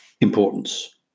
Importance